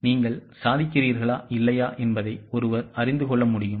நீங்கள் சாதிக்கிறீர்களா இல்லையா என்பதை ஒருவர் அறிந்து கொள்ள முடியும்